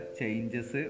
changes